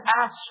ask